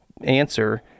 answer